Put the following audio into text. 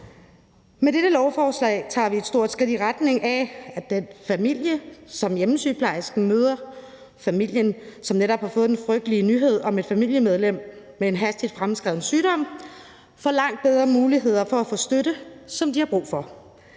Med dette lovforslag tager vi et stort skridt i retning af, at den familie, som hjemmesygeplejersken møder, familien, som netop har fået den frygtelige besked om et familiemedlem med en hastigt fremadskridende sygdom, får langt bedre muligheder for at få den støtte, som de har brug for.